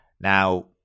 now